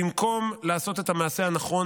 במקום לעשות את המעשה הנכון,